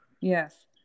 Yes